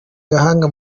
gahanga